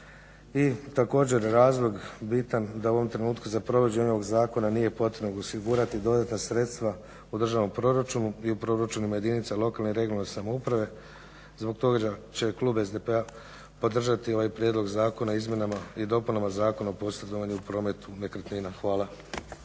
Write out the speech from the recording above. I također razlog bitan da u ovom trenutku za provođenje ovog zakona nije potrebno osigurati dodatna sredstva u državnom proračunu i u proračunima jedinica lokalne i regionalne samouprave. Zbog toga će klub SDP-a podržati ovaj Prijedlog zakona o izmjenama i dopunama Zakona o posredovanju u prometu nekretninama. Hvala.